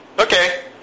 Okay